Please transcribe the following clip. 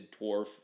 dwarf